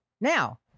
Now